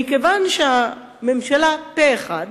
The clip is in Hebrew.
מכיוון שהממשלה פה אחד